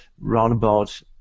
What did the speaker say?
roundabout